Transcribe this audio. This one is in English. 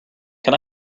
can